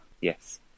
yes